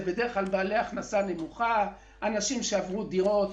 זה בדרך כלל בעלי הכנסה נמוכה, אנשים שעברו דירות.